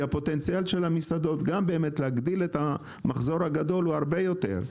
הפוטנציאל של המסעדות להגדיל את המחזור הגדול הוא הרבה יותר.